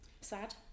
sad